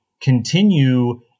continue